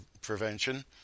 prevention